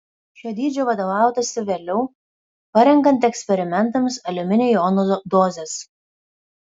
šiuo dydžiu vadovautasi vėliau parenkant eksperimentams aliuminio jonų dozes